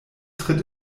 tritt